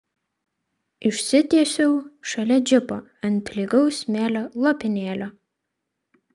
išsitiesiau šalia džipo ant lygaus smėlio lopinėlio